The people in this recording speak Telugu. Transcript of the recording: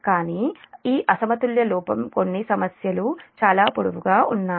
కానీ ఈ అసమతుల్య లోపం కొన్ని సమస్యలు చాలా పొడవుగా ఉన్నాయి